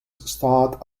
start